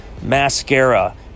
mascara